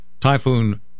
Typhoon